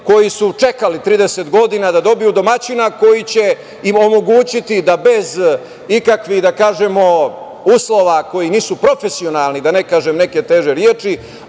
koji su čekali 30 godina da dobiju domaćina koji će im omogućiti da bez ikakvih, da kažemo, uslova koji nisu profesionalni, da ne kažem neke teže reči,